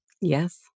yes